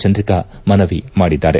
ಚಂದ್ರಿಕಾ ಮನವಿ ಮಾಡಿದ್ದಾರೆ